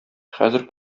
хәзер